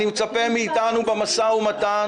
אני מצפה מאתנו במשא ומתן,